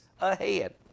ahead